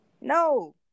No